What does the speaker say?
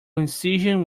incision